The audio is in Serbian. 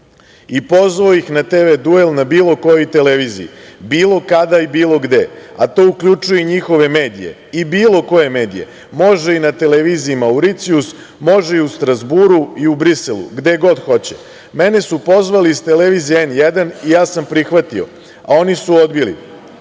i pozvao ih na TV duel na bilo kojoj televiziji, bilo kada i bilo gde, a to uključuje i njihove medije i bilo koje medije, može i na televiziji Mauricijus, može i u Strazburu i Briselu, gde god hoće. Mene su pozvali iz televizije N1 i ja sam prihvatio, a oni su odbili,